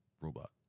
robot